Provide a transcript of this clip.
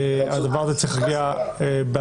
הדבר הזה צריך להגיע בהסכמה,